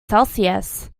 celsius